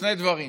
שני דברים,